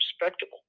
respectable